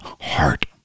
heart